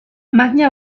makina